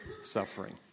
suffering